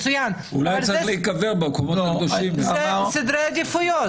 זה מצוין, אבל זה סדרי עדיפויות.